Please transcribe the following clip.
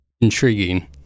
Intriguing